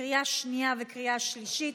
לקריאה שנייה וקריאה שלישית,